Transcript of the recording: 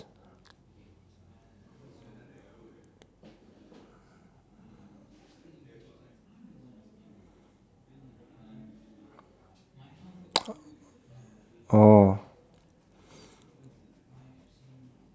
oh